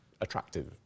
attractive